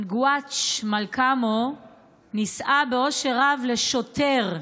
אנגוואץ' מלקמו נישאה באושר רב לשוטר.